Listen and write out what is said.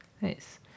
nice